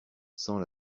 sans